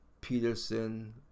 Peterson